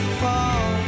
fall